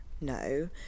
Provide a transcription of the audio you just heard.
no